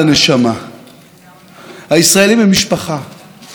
ואנחנו לא ניתן לפגוע במשפחה שלנו.